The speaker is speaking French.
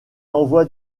envoie